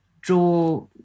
draw